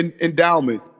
endowment